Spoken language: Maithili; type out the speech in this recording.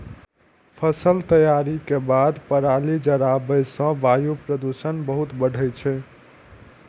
फसल तैयारी के बाद पराली जराबै सं वायु प्रदूषण बहुत बढ़ै छै